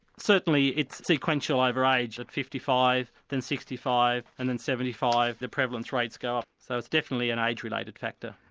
certainly it's sequential over age of fifty five and sixty five and then seventy five the prevalence rates go up so it's definitely an age related factor.